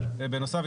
בנוסף,